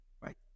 Right